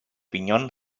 piñón